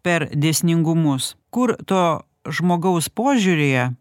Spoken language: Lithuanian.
per dėsningumus kur to žmogaus požiūryje